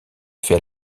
fait